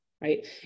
right